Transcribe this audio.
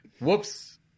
Whoops